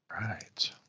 right